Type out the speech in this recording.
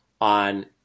on